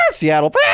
Seattle